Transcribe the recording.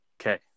Okay